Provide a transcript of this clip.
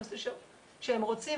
שהם רוצים.